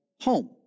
home